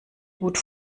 gut